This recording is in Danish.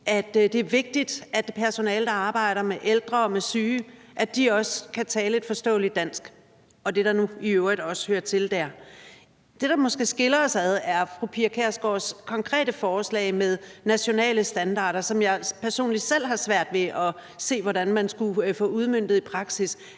er enige i, at personale, der arbejder med ældre og syge, også kan tale et forståeligt dansk – og hvad der nu i øvrigt også hører til dér. Det, der måske skiller os ad, er fru Pia Kjærsgaards konkrete forslag om nationale standarder, som jeg personligt selv har svært ved at se hvordan man skulle få udmøntet i praksis.